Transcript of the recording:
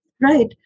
right